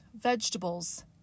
vegetables